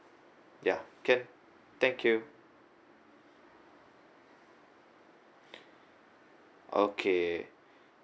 ya can thank you okay